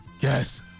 yes